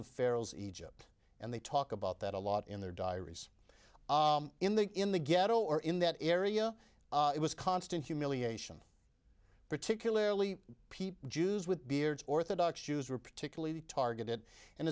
ferals egypt and they talk about that a lot in their diaries in the in the ghetto or in that area it was constant humiliation particularly people jews with beards orthodox jews were particularly targeted and